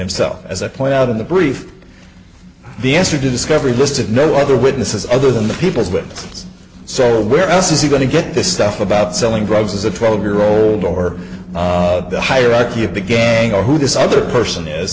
himself as i point out in the brief the answer discovery listed no other witnesses other than the people's lives so where else is he going to get this stuff about selling drugs as a twelve year old or the hierarchy of the gang or who this other person is